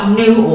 new